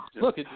look